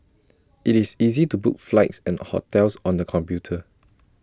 IT is easy to book flights and hotels on the computer